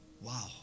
Wow